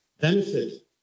benefit